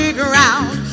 ground